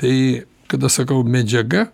tai kada sakau medžiaga